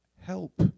help